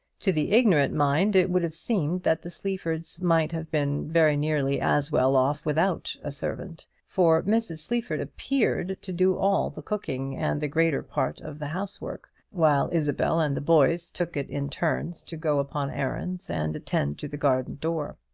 to the ignorant mind it would have seemed that the sleafords might have been very nearly as well off without a servant for mrs. sleaford appeared to do all the cooking and the greater part of the house-work, while isabel and the boys took it in turns to go upon errands and attend to the garden-door.